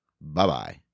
Bye-bye